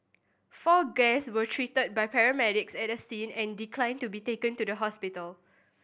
four guests were treated by paramedics at the scene and declined to be taken to the hospital